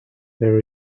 there